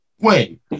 Wait